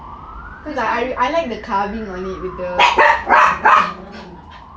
cause I I like the carving only